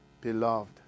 beloved